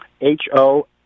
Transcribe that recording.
H-O